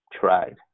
tried